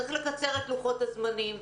צריך לקצר את לוחות הזמנים.